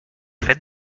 fet